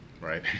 Right